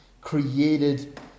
created